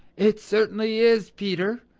it certainly is, peter,